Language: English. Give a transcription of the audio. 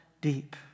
deep